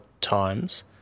times